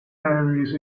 areas